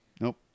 Nope